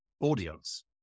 audience